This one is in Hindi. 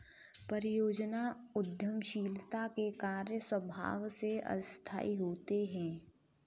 परियोजना उद्यमशीलता के कार्य स्वभाव से अस्थायी होते हैं